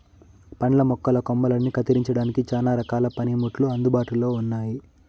పండ్ల మొక్కల కొమ్మలని కత్తిరించడానికి చానా రకాల పనిముట్లు అందుబాటులో ఉన్నయి